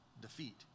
defeat